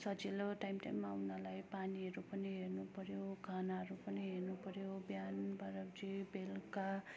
सजिलो टाइम टाइममा उनीहरूलाई पानीहरू पनि हेर्नुपर्यो खानाहरू पनि हेर्नुपर्यो बिहान बाह्र बजे बेलुका